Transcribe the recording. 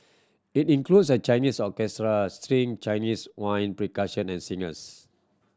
it includes a Chinese orchestra string Chinese wind and singers